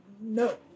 No